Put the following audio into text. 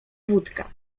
wódka